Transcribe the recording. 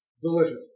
Delicious